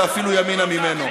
ואפילו ימינה ממנו.